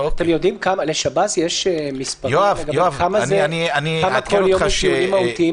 לשב"ס יש מספרים לגבי כמה דיונים מהותיים